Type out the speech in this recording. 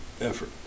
Effort